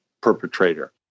perpetrator